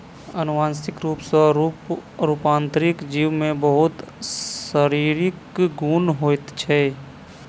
अनुवांशिक रूप सॅ रूपांतरित जीव में बहुत शारीरिक गुण होइत छै